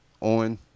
on